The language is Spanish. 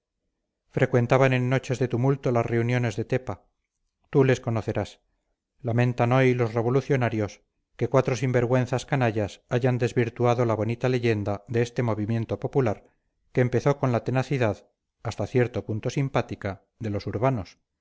frecuentaban en noches de tumulto las reuniones de tepa tú les conocerás lamentan hoy los revolucionarios que cuatro sinvergüenzas canallas hayan desvirtuado la bonita leyenda de este movimiento popular que empezó con la tenacidad hasta cierto punto simpática de los urbanos